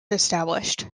established